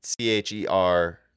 C-H-E-R